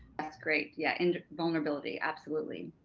that's great yeah, and vulnerability absolutely.